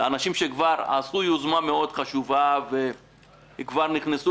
לאנשים שכבר עשו יוזמה מאוד חשובה וכבר נכנסו